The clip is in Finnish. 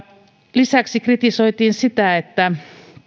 lisäksi kritisoitiin sitä että